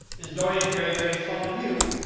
is dorian gray very fond of you?